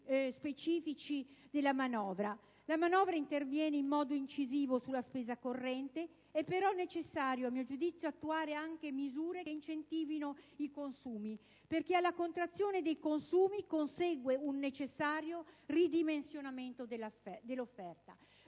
specifici della manovra. La manovra interviene in modo incisivo sulla spesa corrente. È però necessario, a mio giudizio, attuare anche misure che incentivino i consumi, perché alla contrazione dei consumi consegue un necessario ridimensionamento dell'offerta.